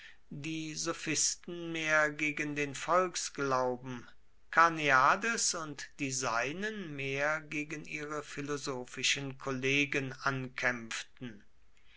die sophisten mehr gegen den volksglauben karneades und die seinen mehr gegen ihre philosophischen kollegen ankämpften